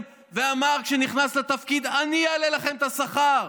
ואמר כשנכנס לתפקיד: אני אעלה לכם את השכר,